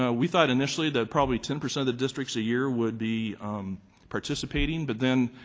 ah we thought initially that probably ten percent of the districts a year would be participating, but then,